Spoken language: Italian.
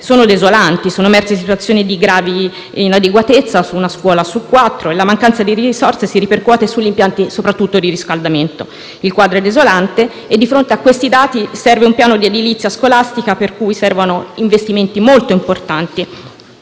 - desolanti. Sono emerse situazioni di grave inadeguatezza per una scuola su quattro, e la mancanza di risorse si ripercuote soprattutto sugli impianti di riscaldamento. Il quadro è desolante. Di fronte a questi dati serve un piano di edilizia scolastica per cui occorrono investimenti molto importanti;